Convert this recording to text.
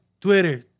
Twitter